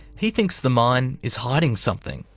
he thinks the mine is hiding something.